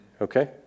Okay